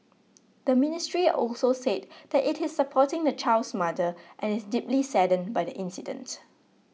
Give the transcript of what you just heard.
the ministry also said that it is supporting the child's mother and is deeply saddened by the incident